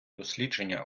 дослідження